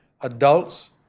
adults